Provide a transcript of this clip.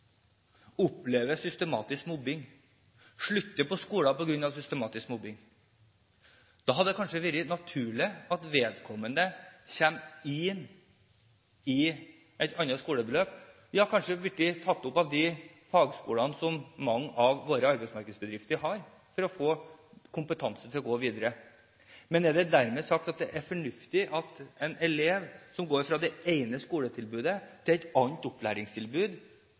opplever systematisk mobbing og slutter på skolen på grunn av dette. Da hadde det kanskje vært naturlig at vedkommende kom inn i et annet skoleløp, ja kanskje var blitt tatt opp ved en av de fagskolene som mange av våre arbeidsmarkedsbedrifter har, for å få kompetanse til å gå videre. Men er det dermed sagt at det er fornuftig at en elev som går fra det ene skoletilbudet til